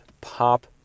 pop